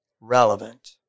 relevant